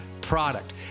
product